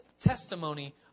testimony